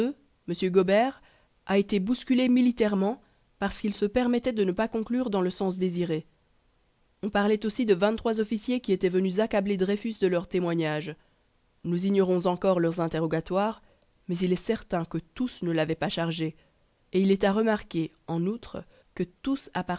m gobert a été bousculé militairement parce qu'il se permettait de ne pas conclure dans le sens désiré on parlait aussi de vingt-trois officiers qui étaient venus accabler dreyfus de leurs témoignages nous ignorons encore leurs interrogatoires mais il est certain que tous ne l'avaient pas chargé et il est à remarquer en outre que tous